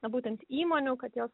būtent įmonių kad jos